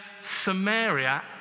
Samaria